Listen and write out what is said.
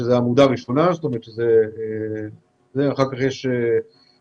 שזו העמודה הראשונה אחר כך יש כמה